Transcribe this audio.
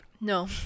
No